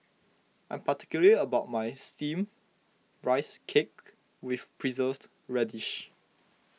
I am particular about my Steamed Rice Cake with Preserved Radish